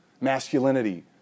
masculinity